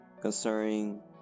concerning